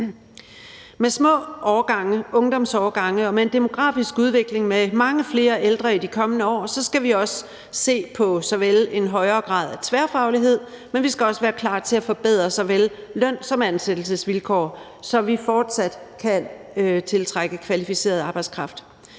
årgange, ungdomsårgange, og med en demografisk udvikling med mange flere ældre i de kommende år skal vi både se på en højere grad af tværfaglighed, men vi skal også være klar til at forbedre såvel løn som ansættelsesvilkår, så vi fortsat kan tiltrække kvalificeret arbejdskraft.